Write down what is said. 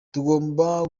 tugomba